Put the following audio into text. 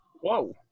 whoa